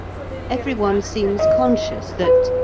everyone seems conscious that,